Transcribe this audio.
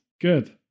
Good